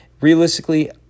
realistically